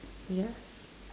yes